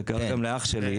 זה קרה גם לאח שלי,